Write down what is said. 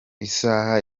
isaha